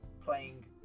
playing